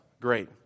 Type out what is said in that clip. great